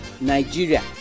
Nigeria